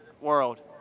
world